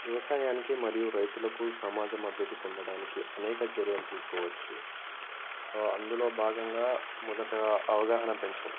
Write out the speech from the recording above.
వ్యవసాయానికి మరియు రైతులకు సమాజ మద్దతు పొందడానికి అనేక చర్యలు తీసుకోవచ్చు అందులో భాగంగా మొదట అవగాహన పెంచడం